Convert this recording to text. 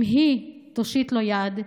/ אם היא תושיט לו יד,